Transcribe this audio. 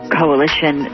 coalition